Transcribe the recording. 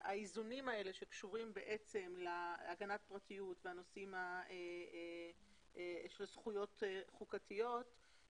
האיזונים האלה שבעצם קשורים להגנת הפרטיות והנושאים של זכויות חוקתיות,